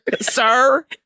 Sir